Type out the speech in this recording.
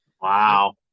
Wow